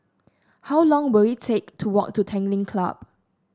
how long will it take to walk to Tanglin Club